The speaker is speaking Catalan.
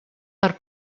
per